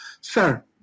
sir